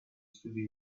studi